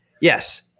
yes